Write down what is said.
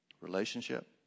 Relationship